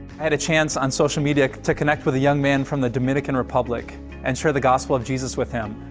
had a chance on social media to connect with a young man from the dominican republic and share the gospel of jesus with him.